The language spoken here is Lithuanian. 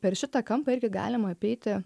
per šitą kampą irgi galima apeiti